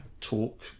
talk